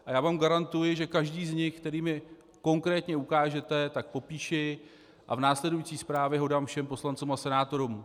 A já vám garantuji, že každý z nich, který mi konkrétně ukážete, popíšu a v následující zprávě ho dám všem poslancům a senátorům.